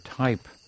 type